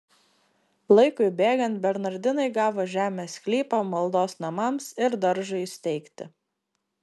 laikui bėgant bernardinai gavo žemės sklypą maldos namams ir daržui įsteigti